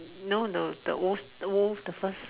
no the the old the old the first